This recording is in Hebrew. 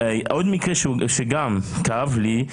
עוד מקרה שכאב לי,